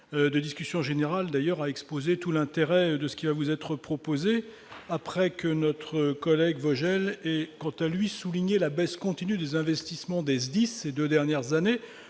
de discussion générale d'ailleurs à exposer tout l'intérêt de ce qui va vous être proposé après que notre collègue Vogel est quant à lui souligné la baisse continue des investissements des se dit ces 2 dernières années,